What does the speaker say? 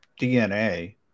DNA